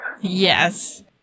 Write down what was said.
Yes